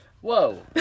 whoa